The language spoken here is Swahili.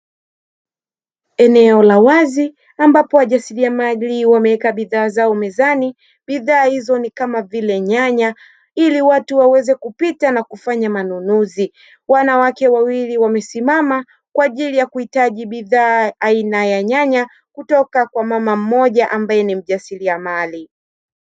Eneo la wazi ambapo wajasiriamali wameweka bidhaa zao mezani. Bidhaa hizo ni kama vile nyanya, ili watu waweze kupita na kufanya manunuzi. Wanawake wawili wamesimama kwa ajili ya kuhitaji bidhaa aina ya nyanya, kutoka kwa mama mmoja ambae ni mjasiriamali.